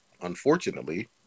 unfortunately